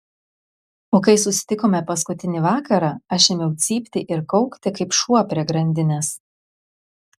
o kai susitikome paskutinį vakarą aš ėmiau cypti ir kaukti kaip šuo prie grandinės